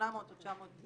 כ-11,800 או 11,900